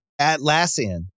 Atlassian